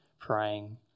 praying